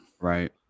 Right